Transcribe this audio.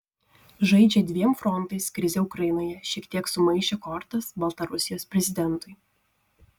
žaidžia dviem frontais krizė ukrainoje šiek tiek sumaišė kortas baltarusijos prezidentui